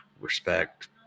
respect